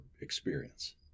experience